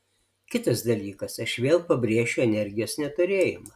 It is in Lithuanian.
kitas dalykas aš vėl pabrėšiu energijos neturėjimą